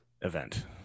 event